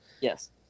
Yes